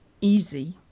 easy